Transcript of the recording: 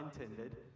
intended